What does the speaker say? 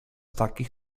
takich